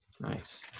Nice